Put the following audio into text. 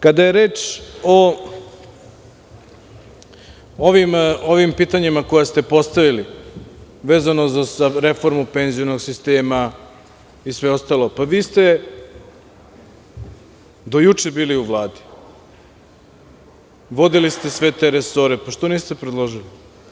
Kada je reč o ovim pitanjima koja ste postavili vezano za reformu penzionog sistema i sve ostalo, vi ste do juče bili u Vladi, vodili ste sve te resore, što niste predložili?